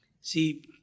See